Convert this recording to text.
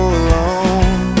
alone